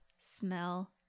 smell